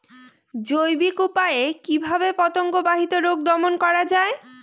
জৈবিক উপায়ে কিভাবে পতঙ্গ বাহিত রোগ দমন করা যায়?